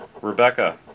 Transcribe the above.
Rebecca